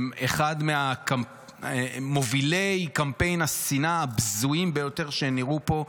אחד ממובילי קמפיין השנאה הבזויים ביותר שנראו פה,